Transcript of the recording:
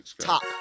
Top